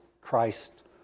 Christ